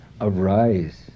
Arise